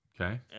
Okay